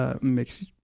makes